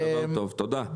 תודה.